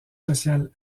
social